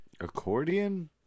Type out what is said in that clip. Accordion